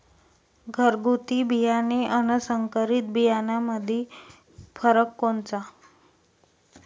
घरगुती बियाणे अन संकरीत बियाणामंदी फरक कोनचा?